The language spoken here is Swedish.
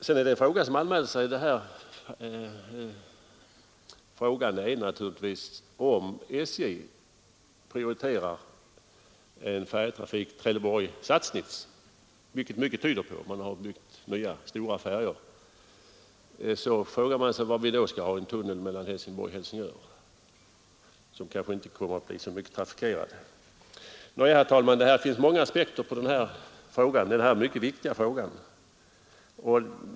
Sedan är det en fråga som anmäler sig, nämligen om SJ prioriterar en färjetrafik mellan Trelleborg och Sassnitz. Mycket tyder på det — man har byggt nya stora färjor. Men varför skall vi i så fall ha en tunnel mellan Helsingborg och Helsingör som kanske inte kommer att bli så mycket trafikerad? Det finns många aspekter på denna mycket viktiga fråga.